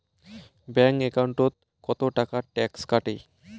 Bank একাউন্টত কতো টাকা ট্যাক্স কাটে?